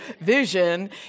vision